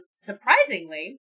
surprisingly